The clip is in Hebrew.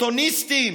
אופורטוניסטים,